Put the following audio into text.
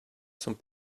sont